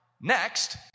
Next